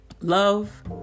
love